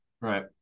Right